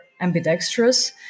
ambidextrous